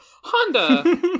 Honda